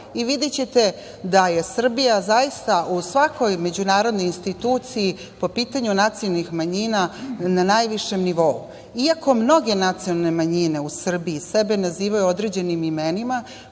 i videćete da je Srbija zaista u svakoj međunarodnoj instituciji, po pitanju nacionalnih manjina, na najvišem nivou, iako mnoge nacionalne manjine u Srbiji sebe nazivaju određenim imenima